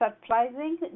surprising